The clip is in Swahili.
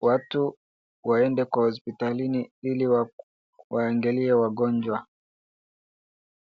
Watu waende kwa hospitalini ili wangalie wagonjwa.